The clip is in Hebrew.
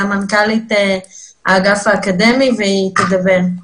סמנכ"לית האגף האקדמי והיא תדבר.